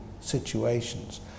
situations